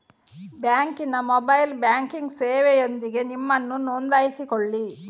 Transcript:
ಬ್ಯಾಂಕಿನ mobile banking ಸೇವೆಯೊಂದಿಗೆ ನಿಮ್ಮನ್ನು ನೋಂದಾಯಿಸಿಕೊಳ್ಳಿ